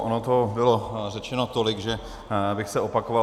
Ono toho bylo řečeno tolik, že bych se opakoval.